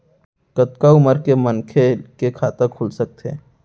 कतका उमर के मनखे के खाता खुल सकथे?